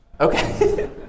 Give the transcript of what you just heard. Okay